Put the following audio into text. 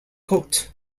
coat